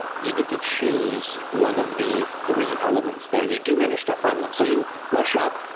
you get to choose one of the three elements there. you do manage to harm, though. so you rush up,